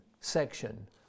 section